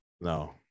no